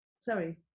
sorry